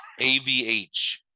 avh